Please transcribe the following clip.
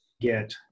get